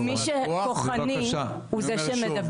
באופן טבעי מי שכוחני הוא זה שמדבר,